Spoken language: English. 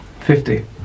Fifty